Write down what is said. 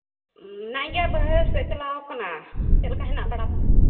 ᱢᱮᱱᱟᱭ ᱜᱮᱭᱟ ᱵᱟᱹᱭᱦᱟᱹᱲ ᱥᱮᱡᱼᱮ ᱪᱟᱞᱟᱣ ᱠᱟᱱᱟ ᱪᱮᱫᱞᱮᱠᱟ ᱦᱮᱱᱟᱜ ᱵᱟᱲᱟ ᱯᱮᱭᱟ